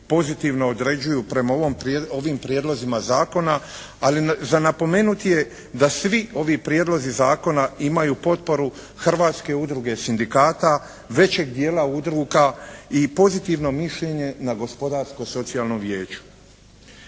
pozitivno određuju prema ovim prijedlozima zakona ali za napomenuti je da svi ovi prijedlozi zakona imaju potporu Hrvatske udruge sindikata, većeg dijela udruga i pozitivno mišljenje na gospodarsko socijalnom vijeću.